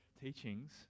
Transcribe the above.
teachings